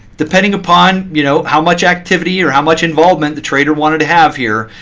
depending upon you know how much activity or how much involvement the trader wanted to have here,